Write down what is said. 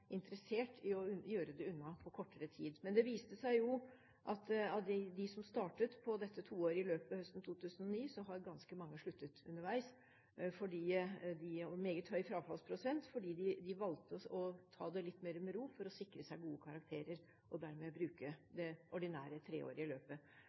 interessert i å gjøre dette unna på kortere tid. Men det viste seg at av dem som startet på dette toårige løpet høsten 2009, så har ganske mange sluttet underveis – en meget høy frafallsprosent – fordi de valgte å ta det litt mer med ro for å sikre seg gode karakterer og dermed bruke